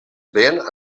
ven